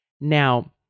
Now